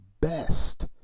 best